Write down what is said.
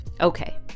Okay